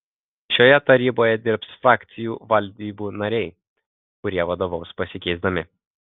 šioje taryboje dirbs frakcijų valdybų nariai kurie vadovaus pasikeisdami